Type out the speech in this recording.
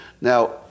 Now